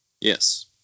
Yes